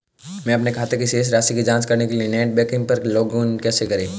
अपने खाते की शेष राशि की जांच करने के लिए नेट बैंकिंग पर लॉगइन कैसे करें?